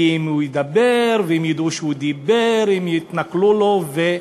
כי אם הוא ידבר, אם ידעו שהוא דיבר יתנכלו לו.